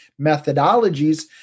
methodologies